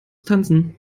tanzen